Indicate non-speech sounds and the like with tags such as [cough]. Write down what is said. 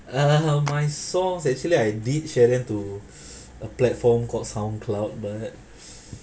(uh huh) my songs actually I did share them to [breath] a platform called soundcloud but [breath]